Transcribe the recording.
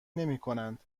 نمیکنند